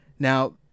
Now